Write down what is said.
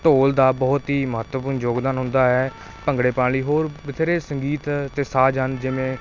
ਢੋਲ ਦਾ ਬਹੁਤ ਹੀ ਮਹੱਤਵਪੂਰਨ ਯੋਗਦਾਨ ਹੁੰਦਾ ਹੈ ਭੰਗੜੇ ਪਾਉਣ ਲਈ ਹੋਰ ਬਥੇਰੇ ਸੰਗੀਤ ਅਤੇ ਸਾਜ਼ ਹਨ ਜਿਵੇਂ